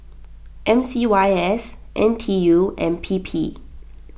M C Y S N T U and P P